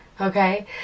Okay